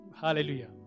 Hallelujah